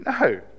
No